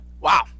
Wow